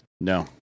No